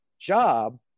job